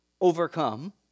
overcome